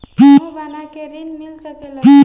समूह बना के ऋण मिल सकेला का?